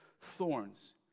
thorns